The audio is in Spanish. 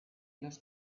los